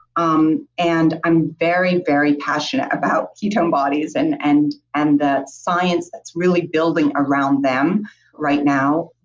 um and i'm very very passionate about ketone bodies and and and that science that's really building around them right now.